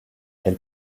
elle